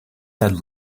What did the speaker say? head